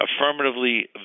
affirmatively